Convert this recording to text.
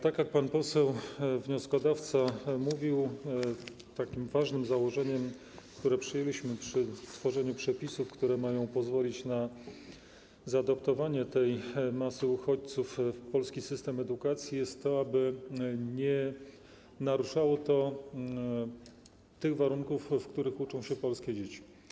Tak jak pan poseł wnioskodawca mówił, ważnym założeniem, które przyjęliśmy przy tworzeniu przepisów mających pozwolić na zaadaptowanie tej masy uchodźców do polskiego systemu edukacji, jest to, aby nie naruszało tych warunków, w których uczą się polskie dzieci.